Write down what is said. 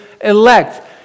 elect